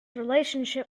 relationship